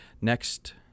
next